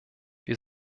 wir